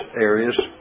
areas